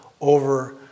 over